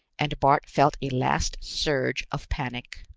and bart felt a last surge of panic.